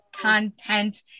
content